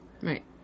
Right